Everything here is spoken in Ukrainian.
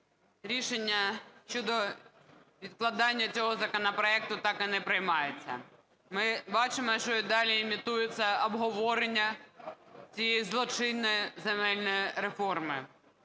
рішення щодо відкладання цього законопроекту так і не приймається. Ми бачимо, що і далі імітується обговорення цієї злочинної земельної реформи.